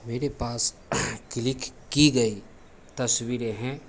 मेरे पास क्लिक की गई तस्वीरें हैं